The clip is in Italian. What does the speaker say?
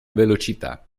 velocità